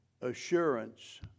assurance